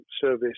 service